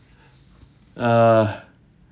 uh